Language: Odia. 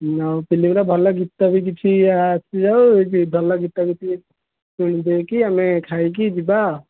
ହଉ ଫିଲ୍ମପୁରା ଭଲ ଗୀତ ବି କିଛି ଆସିଯାଉ ଭଲ ଗୀତ କିଛି କିଣି ଦେଇକି ଆମେ ଖାଇକି ଯିବା